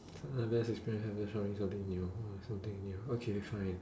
tell us the best experience after trying something new oh something new okay fine